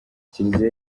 kiliziya